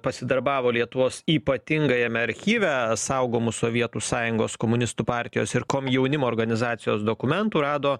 pasidarbavo lietuvos ypatingajame archyve saugomų sovietų sąjungos komunistų partijos ir komjaunimo organizacijos dokumentų rado